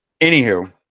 Anywho